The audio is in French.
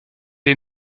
est